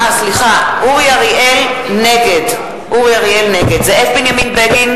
נגד זאב בנימין בגין,